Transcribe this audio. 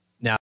Now